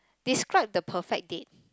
describe the perfect date